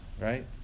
right